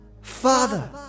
Father